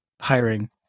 hiring